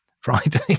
Friday